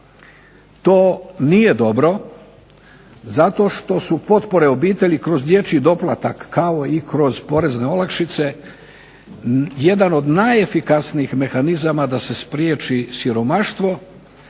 To nije dobro zato što su potpore obitelji kroz dječji doplatak kao i kroz porezne olakšice jedan od najefikasnijih mehanizama da se spriječi siromaštvo